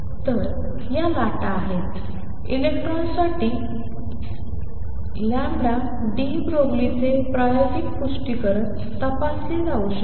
तर या लाटा आहेत इलेक्ट्रॉनसाठी deBroglie चे प्रायोगिक पुष्टीकरण तपासले जाऊ शकते